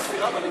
הספירה בליכוד?